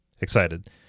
excited